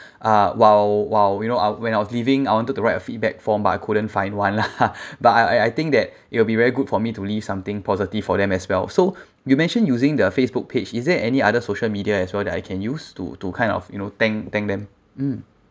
uh while while you know I when I was leaving I wanted to write a feedback form but I couldn't find one lah ha but I I think that it will be very good for me to leave something positive for them as well so you mentioned using the Facebook page is there any other social media as well that I can use to to kind of you know thank thank them mm